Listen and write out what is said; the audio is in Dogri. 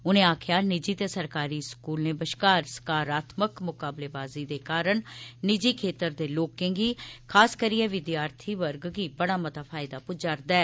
उनें आक्खेआ निजी ते सरकारी स्कूलें बश्कार सकारात्मक मकाबलेबाजी दे कारण निजी खेतर दे लोकें गी खास करियै विद्यार्थी वर्ग गी बड़ा मता फायदा पुज्जा'रदा ऐ